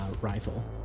rifle